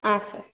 ಹಾಂ ಸರ್